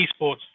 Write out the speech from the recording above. esports